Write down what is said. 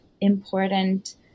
important